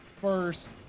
first